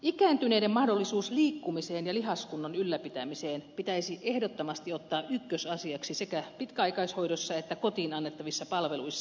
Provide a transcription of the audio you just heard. ikääntyneiden mahdollisuus liikkumiseen ja lihaskunnon ylläpitämiseen pitäisi ehdottomasti ottaa ykkösasiaksi sekä pitkäaikaishoidossa että kotiin annettavissa palveluissa